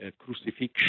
crucifixion